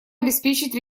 обеспечить